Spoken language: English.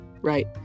Right